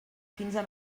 quinze